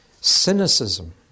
Cynicism